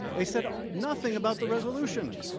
they said nothing about the resolution.